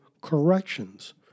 corrections